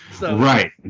right